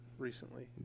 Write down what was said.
Recently